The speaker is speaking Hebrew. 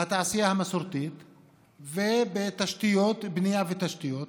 בתעשייה המסורתית ובבנייה, בתשתיות.